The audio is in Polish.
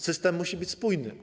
System musi być spójny.